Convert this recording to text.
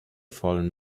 fallen